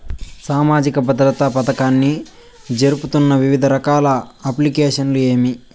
సామాజిక భద్రత పథకాన్ని జరుపుతున్న వివిధ రకాల అప్లికేషన్లు ఏమేమి?